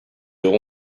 door